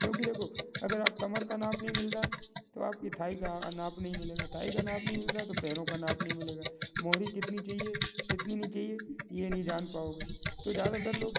क्योंकि देखो अगर आप कमर का नाप नहीं मिल रहा है तो आपकी थाई का नाप नहीं मिलेगा थाई का नाप नहीं मिल रहा तो पैरों का नाप नहीं मिलेगा मोहरी कितनी चाहिए कितनी नहीं चाहिए ये नहीं जान पाओगे तो ज़्यादातर लोग